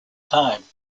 time